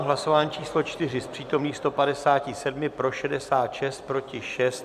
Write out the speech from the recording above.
V hlasování číslo 4 z přítomných 157 pro 66, proti 6.